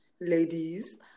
Ladies